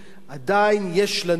עדיין יש לנו,